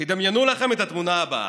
תדמיינו לכם את התמונה הבאה: